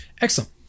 Excellent